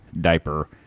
diaper